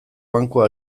bankua